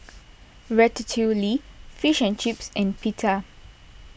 Ratatouille Fish and Chips and Pita